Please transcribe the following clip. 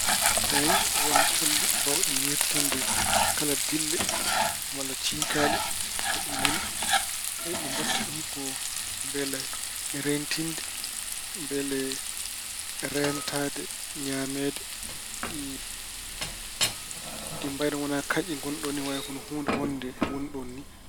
Eey won colli mbaawɗi ñeemtinde kala dille walla ciikaali ko ɗi nani. Ɗi mbaɗta ɗum ko mbele reentinde, mbele reentaade ñaameede. Ɗi- ɗi mbaya wana kañƴi ko noon, waya ko hono huunde woni noon ni.